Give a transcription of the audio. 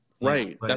Right